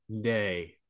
day